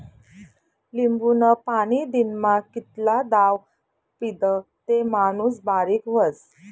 लिंबूनं पाणी दिनमा कितला दाव पीदं ते माणूस बारीक व्हस?